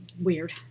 weird